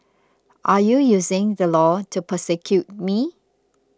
are you using the law to persecute me